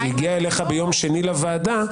והגיעה אליך ביום שני לוועדה,